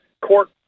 court